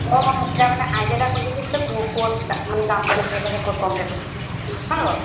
অঁ তেতিয়া মানে আইডিয়া এটা কৰিব পাৰিম ক'ত মানে দামটো বেছিকৈ কৈছে ক'ত কমকৈ কৈছে হয়নে বাৰু